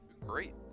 Great